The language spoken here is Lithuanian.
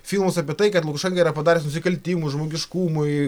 filmus apie tai kad lukašenka yra padaręs nusikaltimų žmogiškumui